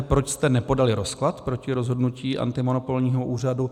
Proč jste nepodali rozklad proti rozhodnutí antimonopolního úřadu?